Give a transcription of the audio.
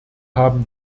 haben